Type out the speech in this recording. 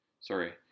Sorry